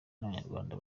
abanyarwanda